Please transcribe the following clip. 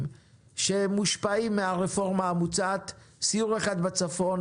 שמושפעים מהרפורמה המוצעת: סיור אחד בצפון